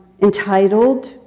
entitled